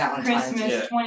Christmas